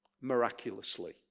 miraculously